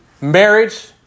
marriage